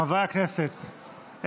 חברי הכנסת,